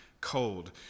cold